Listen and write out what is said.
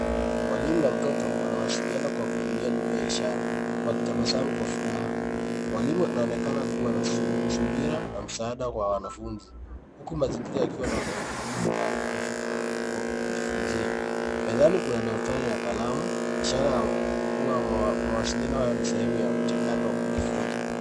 Mwalimu na mtoto wanawasiliana kwa kutumia lugha ya ishara wakitabasamu kwa furaha. Mwalimu anaonekana kuwa na subira na msaada wa wanafunzi huku mazingira yakiwa na utulivu na urafiki wa kujifunzia. Ndani kuna daftari na kalamu ishara ya Kua mawasiliano hayo ni sehemu ya mchakato wa kujifunza.